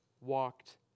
walked